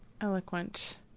eloquent